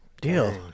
Deal